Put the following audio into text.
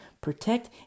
Protect